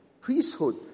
priesthood